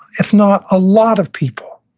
if not a lot of people,